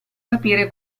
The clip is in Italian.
capire